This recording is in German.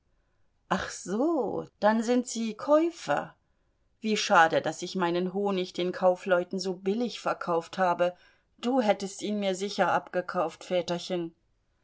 ach so dann sind sie käufer wie schade daß ich meinen honig den kaufleuten so billig verkauft habe du hättest ihn mir sicher abgekauft väterchen